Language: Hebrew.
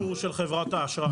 מדובר על מידור של חברת האשראי.